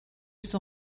son